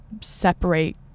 separate